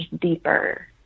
deeper